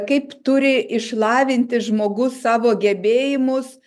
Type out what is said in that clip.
kaip turi išlavinti žmogus savo gebėjimus